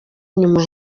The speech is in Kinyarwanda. inyuma